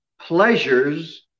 pleasures